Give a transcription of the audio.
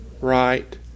right